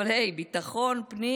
אבל הי, ביטחון פנים